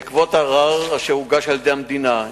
בעקבות ערר אשר הוגש על-ידי המדינה,